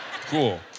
Cool